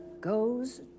goes